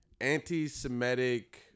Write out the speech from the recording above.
anti-Semitic